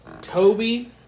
Toby